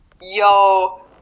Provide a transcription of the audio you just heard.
yo